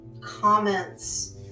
comments